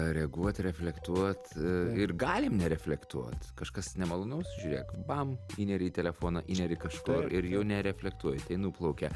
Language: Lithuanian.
reaguot reflektuot ir galim nereflektuot kažkas nemalonaus žiūrėk bam įnerį į telefoną įnerį kažkur ir jau nereflektuoji tai nuplaukia